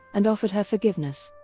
and offered her forgiveness.